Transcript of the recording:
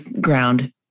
ground